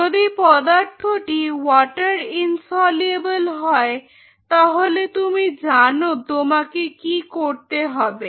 যদি পদার্থটি water insoluble হয় তাহলে তুমি জানো তোমাকে কি করতে হবে